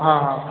ହଁ ହଁ